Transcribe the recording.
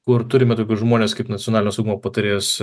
kur turime tokius žmones kaip nacionalinio saugumo patarėjas